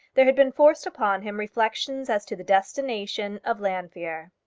there had been forced upon him reflections as to the destination of llanfeare.